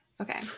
Okay